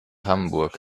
hamburg